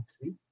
three